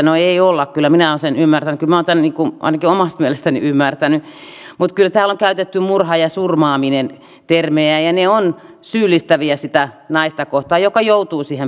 no ei olla kyllä minä olen sen ymmärtänyt kyllä minä olen tämän ainakin omasta mielestäni ymmärtänyt mutta kyllä täällä on käytetty termejä murha ja surmaaminen ja ne ovat syyllistäviä sitä naista kohtaan joka joutuu siihen päätymään